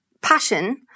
passion